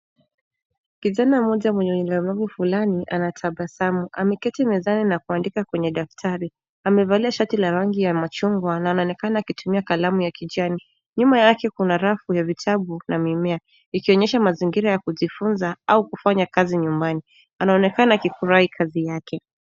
Kijana mmoja mwenye ulemavu fulani ana tabasamu, ameketi mezani na kuandika kwenye daftari. Amevalia shati la rangi ya machungwa na anaoekana akitumia kalamu ya kijani. Nyuma yake kuna rafu ya vitabu na mimea, ikionyesha mazingira ya kujifunza au kufanya kazi nyumbani. Anaonekana akifurahi kazi yake.